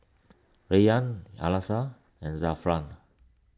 Rayyan Alyssa and Zafran